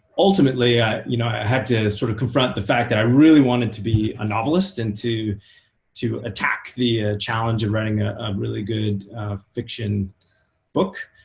ultimately, i you know had to sort of confront the fact that i really wanted to be a novelist. and to to attack the challenge of writing a really good fiction book.